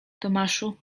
tomaszu